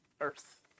earth